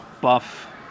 buff